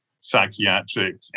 psychiatric